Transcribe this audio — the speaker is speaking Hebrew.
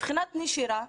מבחינת נשירה,